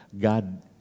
God